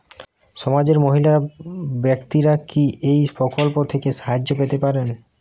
সমাজের মহিলা ব্যাক্তিরা কি এই প্রকল্প থেকে সাহায্য পেতে পারেন?